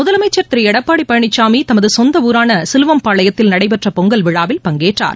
முதலமைச்சர் திரு எடப்பாடி பழனிசாமி தமது சொந்த ஊரான சிலுவம்பாளையத்தில் நடைபெற்ற பொங்கல் விழாவில் பங்கேற்றார்